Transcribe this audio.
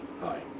Hi